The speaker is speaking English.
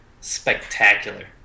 spectacular